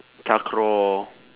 takraw